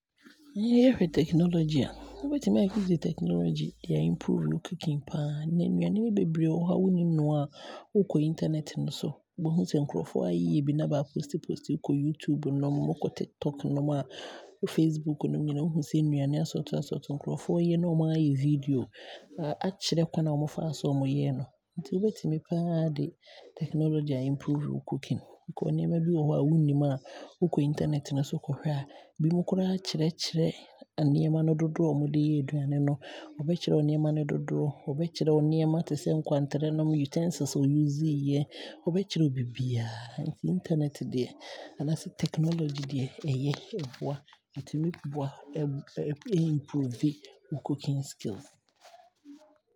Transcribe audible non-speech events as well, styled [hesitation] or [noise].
Yɛhwɛ technology a, wobɛtumi a use technology de a improve wo cooking paa, nnɛ nnuane no beberee wɔ hɔ a wonnim noa, wokɔ internet no so a, wobɛhu sɛ nkrɔfoɔ aayeyɛ yeyɛ bi na baa post post. Wokɔ Youtube nom ne ticktok nwoma, ne facebook nom nyinaa wo hu sɛ nnuane asorte asorte nkrɔfoɔ yɛ na baayɛ video aakyerɛ kwane a bɛfaa so yɛɛ no. Nti wobɛtumi paa de technology a improve wo cooking because nneɛma bi wɔ hɔ a wonnim a, wokɔ internet no so kɔhwɛ a, binom koraa kyerɛ kyerɛ nneɛma dodoɔ a bɛde yɛɛ aduane no. Ɔbɛkyerɛ wo nnoɔma no dodoɔ, ɔbɛkyerɛ wo nneɛma a ɔde yɛɛ, bi te sɛ kwantere nom, utensils a ɔ use yɛ, ɔbɛkyerɛ wo biribiaa [hesitation] nti internet deɛ, anaasɛ technology deɛ ɛyɛ, ɛboa, ɛtumi boa, ɛtumi ɛ improve wo cooking skills. [noise]